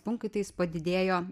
punktais padidėjo